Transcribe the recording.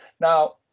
Now